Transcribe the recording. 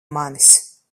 manis